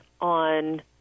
on